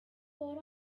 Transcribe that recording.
por